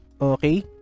okay